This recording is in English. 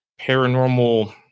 paranormal